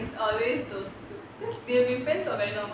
it's always those two because they have been friends for very long